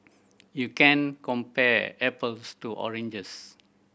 you can compare apples to oranges